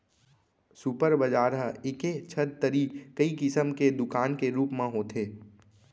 super बजार ह एके छत तरी कई किसम के दुकान के रूप म होथे